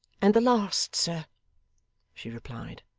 and the last, sir she replied.